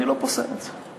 אבל אני לא פוסל את זה,